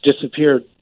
disappeared